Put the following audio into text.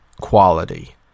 quality